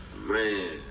man